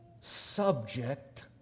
subject